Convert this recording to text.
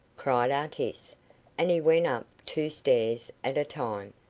cried artis and he went up two stairs at a time,